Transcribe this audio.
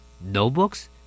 Notebooks